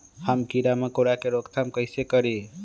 हम किरा मकोरा के रोक थाम कईसे करी?